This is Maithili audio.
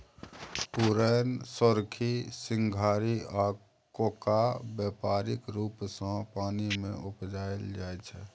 पुरैण, सोरखी, सिंघारि आ कोका बेपारिक रुप सँ पानि मे उपजाएल जाइ छै